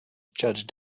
judge